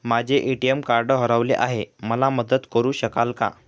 माझे ATM card हरवले आहे, मला मदत करु शकाल का?